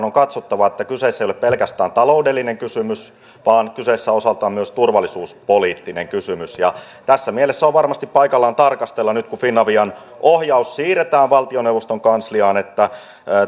on katsottava että kyseessä ei ole pelkästään taloudellinen kysymys vaan osaltaan myös turvallisuuspoliittinen kysymys ja tässä mielessä on varmasti paikallaan tarkastella nyt kun finavian ohjaus siirretään valtioneuvoston kansliaan